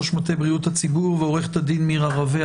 ראש מטה בריאות הציבור ועו"ד מירה רווה,